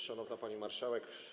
Szanowna Pani Marszałek!